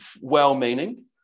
well-meaning